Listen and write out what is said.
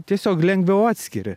tiesiog lengviau atskiri